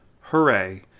Hooray